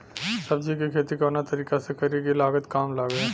सब्जी के खेती कवना तरीका से करी की लागत काम लगे?